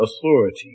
authority